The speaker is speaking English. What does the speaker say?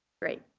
great.